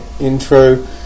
intro